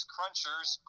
Crunchers